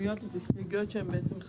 הסתייגות מס' 1, מי נגד, מי נמנע?